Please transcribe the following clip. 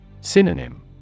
Synonym